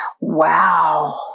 wow